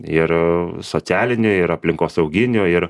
ir socialiniu ir aplinkosauginiu ir